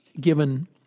given